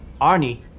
Arnie